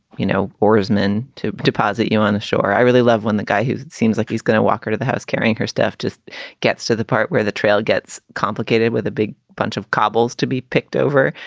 you know, or as men to deposit you on the shore? i really love when the guy who seems like he's going to walk out of the house carrying her stuff just gets to the part where the trail gets complicated with a big bunch of cobbles to be picked over.